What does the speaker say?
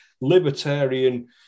libertarian